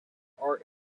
art